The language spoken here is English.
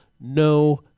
no